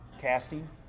casting